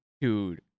Dude